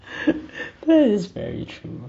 that is very true